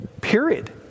Period